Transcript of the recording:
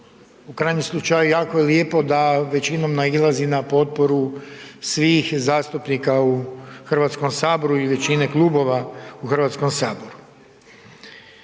u krajnjem slučaju jako je lijepo da većinom nailazi na potporu svih zastupnika u Hrvatskom saboru i većine klubova u Hrvatskom saboru.